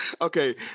Okay